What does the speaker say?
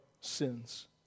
sins